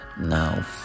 Now